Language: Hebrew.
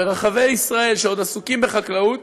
ברחבי ישראל שעוד עסוקים בחקלאות,